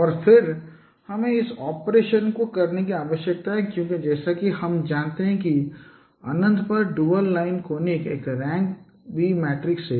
और फिर हमें इस ऑपरेशन को करने की आवश्यकता है क्योंकि जैसा कि हम जानते हैं कि अनंत पर ड्यूल लाइन कोनिक एक रैंक कमी मैट्रिक्स है